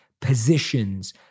positions